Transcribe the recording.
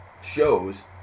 shows